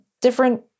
different